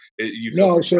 No